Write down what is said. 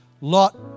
lot